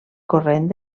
corrent